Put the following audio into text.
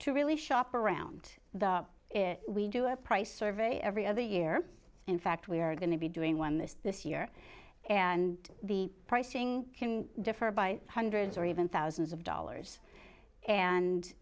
to really shop around the we do a price survey every other year in fact we are going to be doing one this year and the pricing can differ by hundreds or even thousands of dollars and